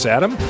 Adam